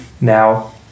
Now